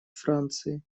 франции